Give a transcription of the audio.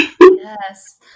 Yes